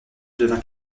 devint